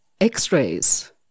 x-rays